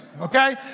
okay